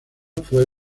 fue